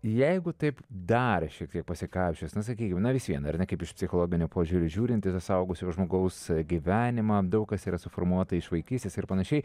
jeigu taip dar šiek tiek pasikapsčius na sakykime na vis vien ar ne kaip iš psichologinio požiūrio žiūrint į suaugusio žmogaus gyvenimą daug kas yra suformuota iš vaikystės ir panašiai